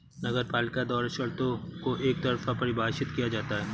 नगरपालिका द्वारा शर्तों को एकतरफा परिभाषित किया जाता है